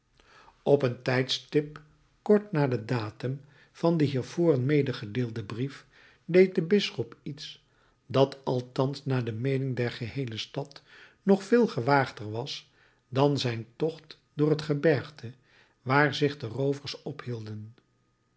op een tijdstip kort na den datum van den hiervoren medegedeelden brief deed de bisschop iets dat althans naar de meening der geheele stad nog veel gewaagder was dan zijn tocht door het gebergte waar zich de roovers ophielden